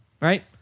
right